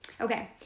Okay